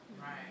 right